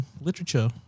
literature